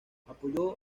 apoyó